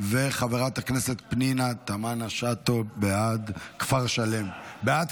ואת חברת הכנסת פנינה תמנו שטה, בעד כפר שלם.